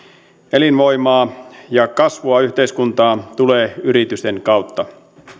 elinvoimaa ja kasvua yhteiskuntaan tulee yritysten kautta